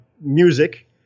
music